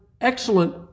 excellent